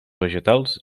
vegetals